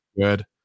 good